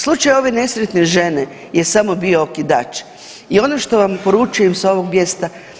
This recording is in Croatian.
Slučaj ove nesretne žene je samo bio okidač i ono što vam poručujem s ovog mjesta.